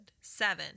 Seven